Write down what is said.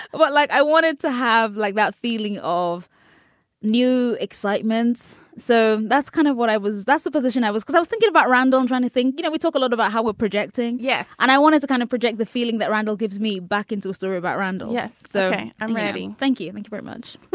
like i wanted to have like that feeling of new excitement. so that's kind of what i was. that's the position i was cause i was thinking about random, trying to think. you know, we talk a lot about how we're projecting. yes. and i wanted to kind of project the feeling that randall gives me back into a story about randall. yes, sir. i'm ready. thank you. thank you very much